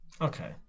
Okay